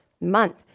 month